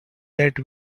that